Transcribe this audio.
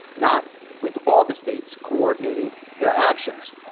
not with all the states coordinating their actions.